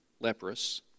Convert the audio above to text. leprous